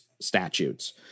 statutes